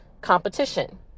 Competition